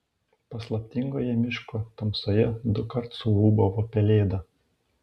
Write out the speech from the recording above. paslaptingoje miško tamsoje dukart suūbavo pelėda